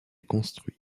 construit